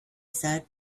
said